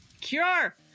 Cure